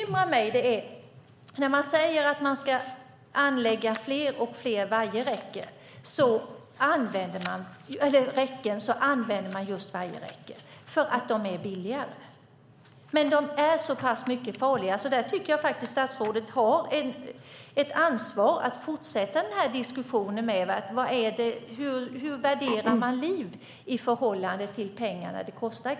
Man säger att man ska anlägga fler och fler räcken, och man använder just vajerräcken för att de är billigare. Jag tycker att statsrådet har ett ansvar för att fortsätta diskussionen. Hur värderar man liv i förhållande till pengar?